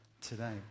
today